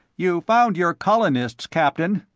you found your colonists, captain.